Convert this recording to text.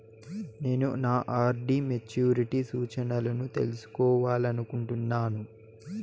నేను నా RD maturity సూచనలను తెలుసుకోవాలనుకుంటున్నాను